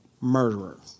murderer